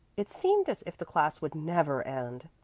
it seemed as if the class would never end.